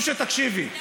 בואי, חשוב שתקשיבי.